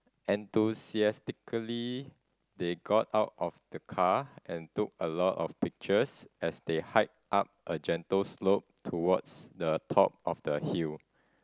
enthusiastically they got out of the car and took a lot of pictures as they hiked up a gentle slope towards the top of the hill